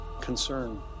concern